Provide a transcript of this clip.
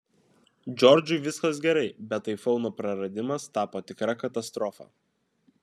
džordžui viskas gerai bet aifono praradimas tapo tikra katastrofa